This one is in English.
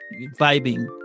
vibing